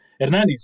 Hernanes